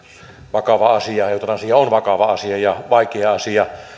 vakava asia eutanasia on vakava asia ja vaikea asia